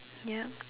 yup